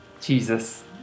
Jesus